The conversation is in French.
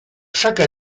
chaque